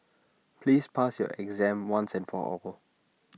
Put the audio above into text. please pass your exam once and for all